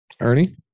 Ernie